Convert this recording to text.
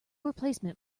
replacement